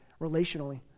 relationally